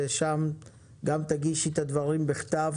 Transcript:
ושם גם תגישו את הדברים בכתב,